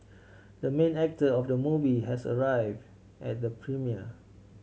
the main actor of the movie has arrive at the premiere